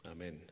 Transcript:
amen